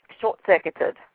short-circuited